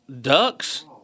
ducks